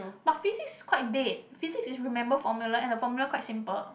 but physics quite dead physics is remember formula and the formula quite simple